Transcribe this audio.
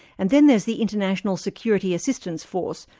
and then there's the international security assistance force,